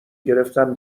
گرفتم